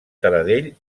taradell